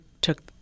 took